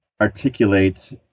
articulate